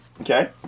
Okay